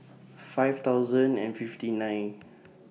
five thousand and fifty nine